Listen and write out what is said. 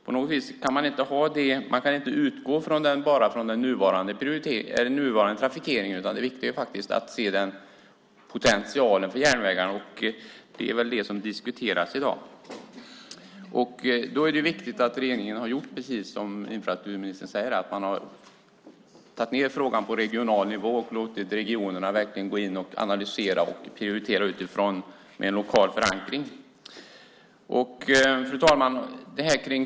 På något vis går det inte att bara utgå från den nuvarande trafikeringen, utan det viktiga är att se potentialen för järnvägarna. Det är väl det som diskuteras i dag. Då är det viktigt att regeringen, precis som infrastrukturministern säger, har tagit ned frågan på regional nivå och låtit regionerna verkligen gå in och analysera och prioritera utifrån en lokal förankring. Fru talman!